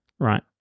Right